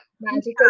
magical